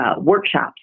workshops